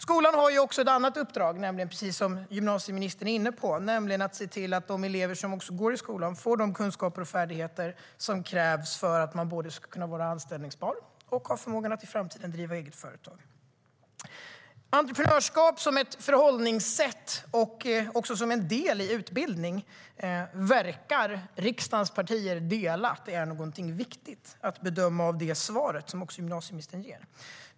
Skolan har också ett annat uppdrag, precis som gymnasieministern är inne på, nämligen att se till att de elever som går i skolan får de kunskapar och färdigheter som krävs för att de ska vara både anställbara och ha förmågan att i framtiden driva eget företag. Entreprenörskap som ett förhållningssätt och som en del i utbildningen verkar riksdagens partier vara överens om är någonting viktigt, att döma av det svar som gymnasieministern ger.